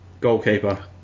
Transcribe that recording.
Goalkeeper